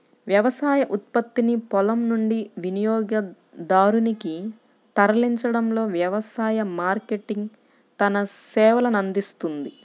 వ్యవసాయ ఉత్పత్తిని పొలం నుండి వినియోగదారునికి తరలించడంలో వ్యవసాయ మార్కెటింగ్ తన సేవలనందిస్తుంది